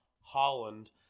Holland